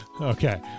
Okay